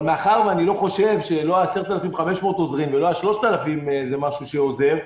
אבל מאחר שאיני חושב שלא ה-10,500 עוזרים ולא ה-3,000 זה משהו שעוזר,